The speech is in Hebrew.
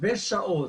בשעות